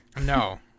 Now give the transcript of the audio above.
No